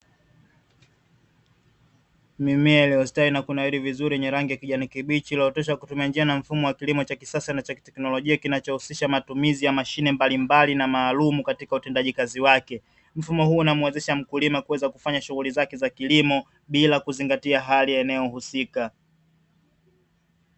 Mimea iliyo stawi na kunawili vizuri lenye rangi ya kijani kibichi, iliyotosha kutumia njia na mfumo wa kilimo cha kisasa na teknolojia, kinachohusisha matumizi ya mashine mbalimbali na maalumu, katika utendaji kazi wake mfumo huu unamwezesha mkulima kuweza kufanya shughuli zake za kilimo bila kuzingatia hali inayohusika.